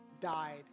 died